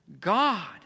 God